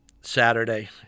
Saturday